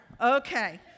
Okay